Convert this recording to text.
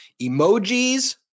emojis